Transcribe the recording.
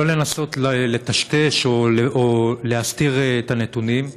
לא לנסות לטשטש או להסתיר את הנתונים.